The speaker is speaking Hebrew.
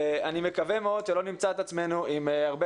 אני מקווה מאוד שלא נמצא את עצמנו עם הרבה